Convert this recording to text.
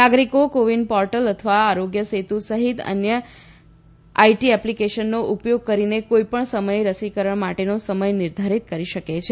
નાગરિકો કોવિન પોર્ટેલ અથવા આરોગ્ય સેતુ સહિત અન્ય આઈટી એપ્લિકેશનનો ઉપયોગ કરીને કોઈપણ સમયે રસીકરણ માટેનો સમય નિર્ધારિત કરી શકે છે